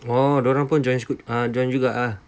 oh dia orang pun join juga ah